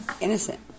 Innocent